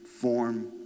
form